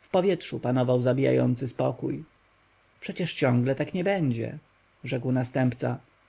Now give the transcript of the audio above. w powietrzu panował zabijający spokój przecież ciągle tak nie będzie rzekł następca